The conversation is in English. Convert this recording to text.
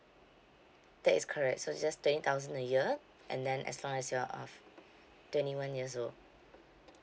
that is correct so just twenty thousand a year and then as long as you're of twenty one years old